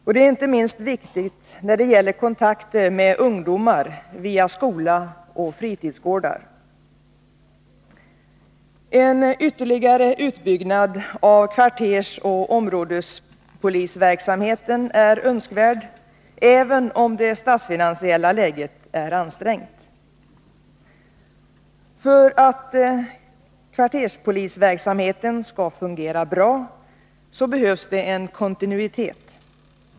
Detta är inte minst viktigt när det gäller kontakter med ungdomar via skola och fritidsgårdar. En ytterligare utbyggnad av kvartersoch områdespolisverksamheten är önskvärd, även om det statsfinansiella läget är ansträngt. För att kvarterspolisverksamheten skall fungera bra behövs en kontinuitet.